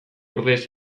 ordez